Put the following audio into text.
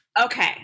Okay